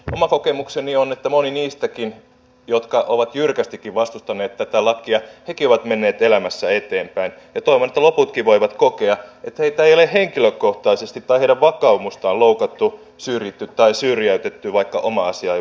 oma kokemukseni on että monet niistäkin jotka ovat jyrkästikin vastustaneet tätä lakia ovat menneet elämässä eteenpäin ja toivon että loputkin voivat kokea että heitä ei ole henkilökohtaisesti tai heidän vakaumustaan loukattu syrjitty tai syrjäytetty vaikka oma asia ei voittanut